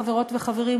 חברות וחברים,